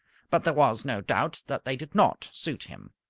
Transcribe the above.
but there was no doubt that they did not suit him.